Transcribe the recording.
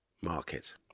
market